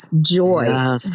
joy